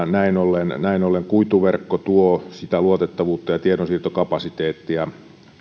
näin ollen näin ollen kuituverkko tuo sitä luotettavuutta ja tiedonsiirtokapasiteettia